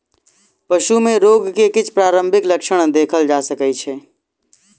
पशु में रोग के किछ प्रारंभिक लक्षण देखल जा सकै छै